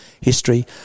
history